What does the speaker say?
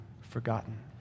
forgotten